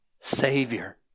Savior